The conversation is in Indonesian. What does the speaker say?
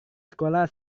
sekolah